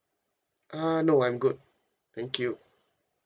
uh no I'm good thank you